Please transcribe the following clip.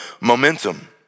Momentum